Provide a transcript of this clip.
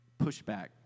pushback